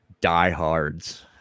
diehards